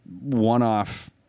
one-off